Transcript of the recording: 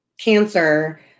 cancer